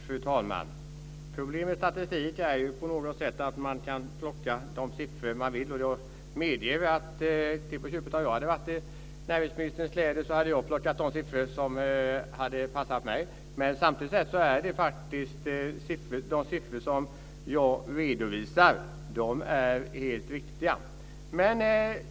Fru talman! Problemet med statistik är ju att man kan plocka de siffror man vill. Jag medger att om jag hade varit i näringsministerns kläder hade jag plockat de siffror som hade passat mig. Men de siffror som jag redovisar är helt riktiga.